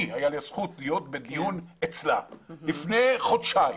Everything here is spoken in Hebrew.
לי הייתה הזכות להיות בדיון אצלה לפני חודשיים